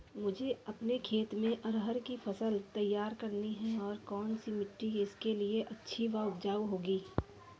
मुझे अपने खेत में अरहर की फसल तैयार करनी है और कौन सी मिट्टी इसके लिए अच्छी व उपजाऊ होगी?